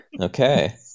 okay